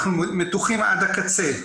אנחנו מתוחים עד הקצה,